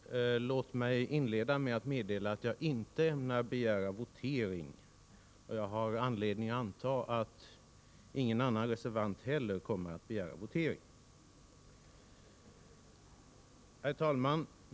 Herr talman! Låt mig inleda med att meddela att jag inte ämnar begära votering. Jag har anledning anta att ingen annan reservant heller kommer att begära votering. Herr talman!